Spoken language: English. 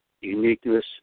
uniqueness